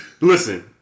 Listen